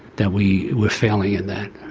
that we were failing in that.